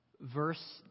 Verse